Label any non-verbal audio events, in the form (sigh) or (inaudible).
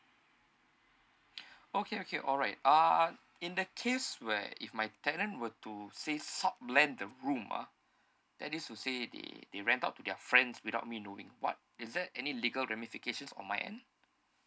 (breath) okay okay alright uh in the case where if my tenant were to say sub lend the room ah that is to say they they rent out to their friends without me knowing what is there any legal ramifications on my end